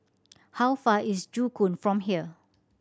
how far is Joo Koon from here